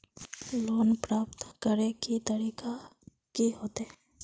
Loan प्राप्त करे के तरीका की होते?